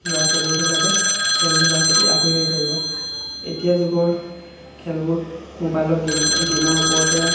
ল'ৰা ছোৱালীবিলাকে খেল ধূলাৰ প্ৰতি আগ্ৰহী হৈ থাকিব এতিয়া যুগৰ খেলবোৰ মোবাইলৰ গেম গেমৰ ওপৰতে